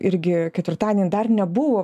irgi ketvirtadienį dar nebuvo